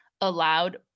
allowed